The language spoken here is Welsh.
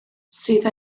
sydd